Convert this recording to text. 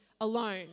alone